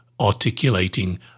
articulating